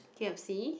k_f_c